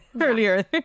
earlier